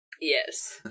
Yes